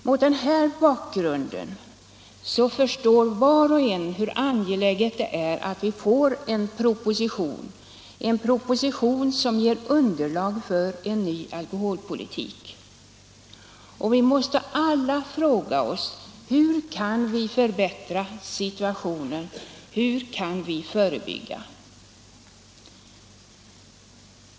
Mot denna bakgrund förstår var och en hur angeläget det är att vi får en proposition som ger underlag för en ny alkoholpolitik. Vi måste alla fråga oss: Hur kan vi förbättra situationen? Hur kan vi förebygga?